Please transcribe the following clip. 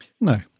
No